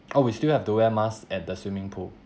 oh we still have to wear masks at the swimming pool